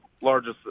largest